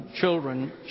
children